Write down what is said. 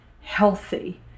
healthy